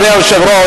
אדוני היושב-ראש,